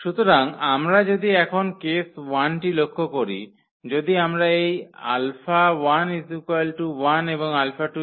সুতরাং আমরা যদি এখন কেস 1 টি লক্ষ্য করি যদি আমরা এই 𝛼1 1 এবং 𝛼2 0 নিই